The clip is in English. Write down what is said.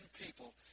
people